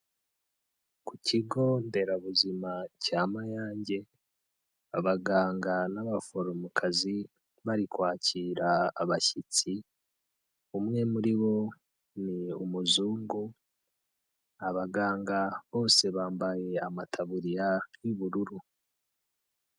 Ku kigo nderabuzima cya Mayange, abaganga n'abaforomokazi bari kwakira abashyitsi, umwe muri bo ni umuzungu, abaganga bose bambaye amataburiya y'ubururu.